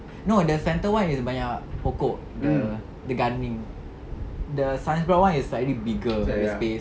no the centre [one] banyak pokok the the gardening the science block [one] is slightly bigger the space